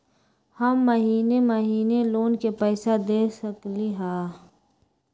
हम महिने महिने लोन के पैसा दे सकली ह?